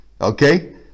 Okay